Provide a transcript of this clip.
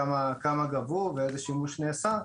כמה גבו ואיזה שימוש נעשה,